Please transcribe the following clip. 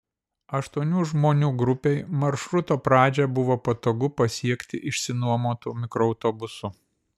aštuonių žmonių grupei maršruto pradžią buvo patogu pasiekti išsinuomotu mikroautobusu